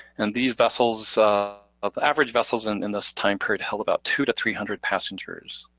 and these vessels of average vessels in this time period held about two to three hundred passengers.